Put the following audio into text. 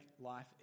life